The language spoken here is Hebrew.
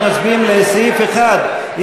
אנחנו מצביעים על סעיף 1,